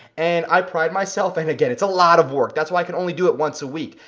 and i pride myself, and again, it's a lot of work, that's why i can only do it once a week.